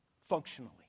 functionally